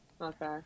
okay